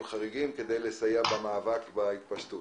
חריגים כדי לסייע במאבק בהתפשטות.